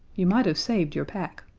you might have saved your pack.